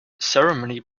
ceremony